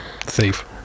thief